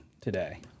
today